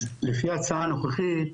אז לפי ההצעה הנוכחית,